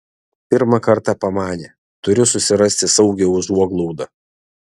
pirmą kartą pamanė turiu susirasti saugią užuoglaudą